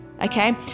okay